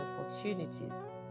opportunities